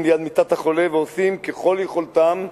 ליד מיטת החולה ועושים ככל יכולתם,